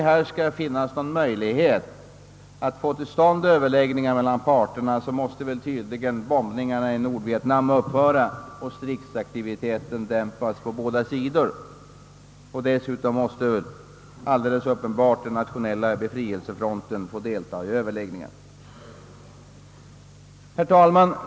Om här skall finnas någon möjlighet att få till stånd överläggningar mellan parterna måste tydligen bombningarna av Nordvietnam upphöra och stridsaktiviteten dämpas på båda sidor. Dessutom måste alldeles uppenbart den nationella befrielsefronten få deltaga i överläggningarna. Herr talman!